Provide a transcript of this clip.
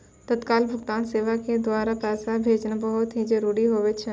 तत्काल भुगतान सेवा के द्वारा पैसा भेजना बहुत ही सुरक्षित हुवै छै